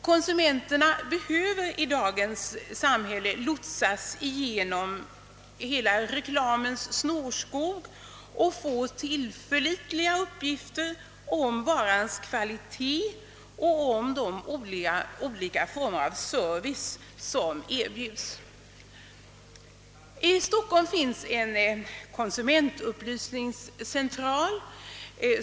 Konsumenterna behöver i dagens samhälle lotsas igenom hela reklamens snårskog och få tillförlitliga uppgifter om varans kvalitet och om de olika former av service som erbjuds. I Stockholm finns det en konsumentupplysningscentral.